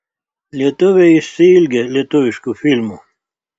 lietuviai išsiilgę lietuviškų filmų